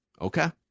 Okay